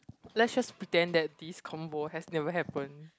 let's just pretend that this convo has never happened